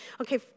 okay